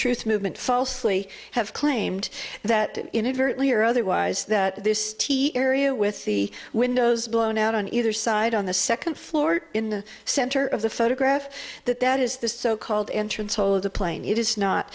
truth movement falsely have claimed that inadvertently or otherwise that this area with the windows blown out on either side on the second floor in the center of the photograph that that is the so called entrance hole of the plane it is not